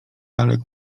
lalek